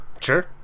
Sure